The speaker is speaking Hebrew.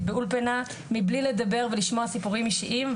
באולפנה מבלי לדבר ולשמוע סיפורים אישיים,